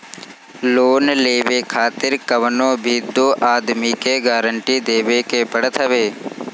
loan लेवे खातिर कवनो भी दू आदमी के गारंटी देवे के पड़त हवे